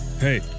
hey